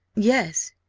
yes.